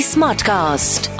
Smartcast